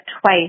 twice